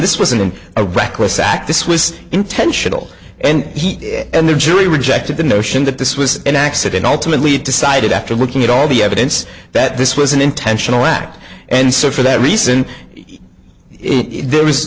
this wasn't a reckless act this was intentional and he and the jury rejected the notion that this was an accident ultimately decided after looking at all the evidence that this was an intentional act and so for that reason there was